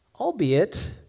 albeit